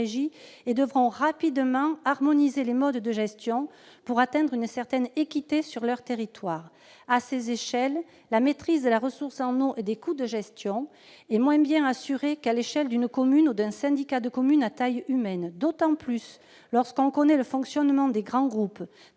et devront rapidement harmoniser les modes de gestion pour atteindre une certaine équité sur leur territoire. À ces échelles, la maîtrise de la ressource en eau et des coûts de gestion est moins bien assurée qu'à l'échelon d'une commune ou d'un syndicat de communes à taille humaine. Cela paraît d'autant plus vrai lorsqu'on connaît le fonctionnement des grands groupes